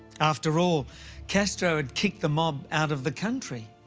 after all castro had kicked the mob out of the country.